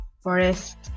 forest